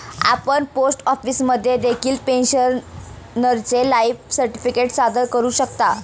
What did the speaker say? आपण पोस्ट ऑफिसमध्ये देखील पेन्शनरचे लाईफ सर्टिफिकेट सादर करू शकता